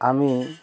আমি